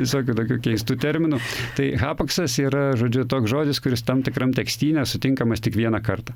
visokių tokių keistų terminų tai hapaksas yra žodžiu toks žodis kuris tam tikram tekstyne sutinkamas tik vieną kartą